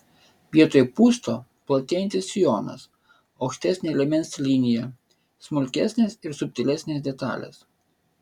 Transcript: vietoj pūsto platėjantis sijonas aukštesnė liemens linija smulkesnės ir subtilesnės detalės